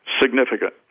significant